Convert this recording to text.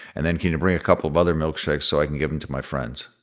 and then can you bring a couple of other milkshakes so i can give them to my friends?